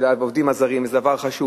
העובדים הזרים, וזה דבר חשוב,